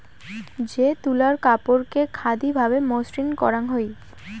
যে তুলার কাপড়কে খাদি ভাবে মসৃণ করাং হই